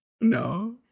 No